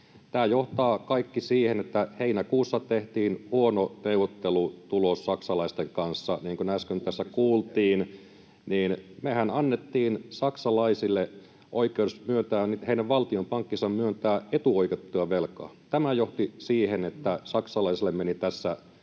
tämä johtaa kaikki siihen, että heinäkuussa tehtiin huono neuvottelutulos saksalaisten kanssa. Niin kuin äsken tässä kuultiin, niin mehän annettiin saksalaisille, heidän valtionpankillensa, oikeus myöntää etuoikeutettua velkaa. Tämä johti siihen, että saksalaisille menivät tässä